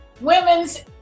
Women's